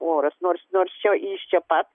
oras nors nors čia jis čia pat